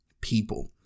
people